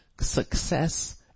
success